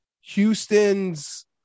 Houston's